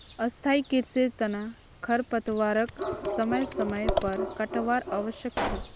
स्थाई कृषिर तना खरपतवारक समय समय पर काटवार आवश्यक छोक